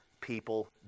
people